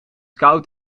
koud